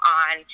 on